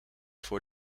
voor